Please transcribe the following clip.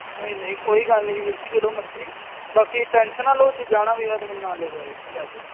ਨਹੀਂ ਨਹੀਂ ਕੋਈ ਗੱਲ ਨਹੀਂ ਵੀਰ ਜੀ ਜਦੋਂ ਮਰਜ਼ੀ ਬਾਕੀ ਟੈਨਸ਼ਨਾਂ ਲਓ ਜੇ ਜਾਣਾ ਵੀ ਮੈਂ ਨਾਲ ਲੈ ਜਾੋਓ